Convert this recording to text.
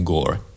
Gore